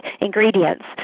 ingredients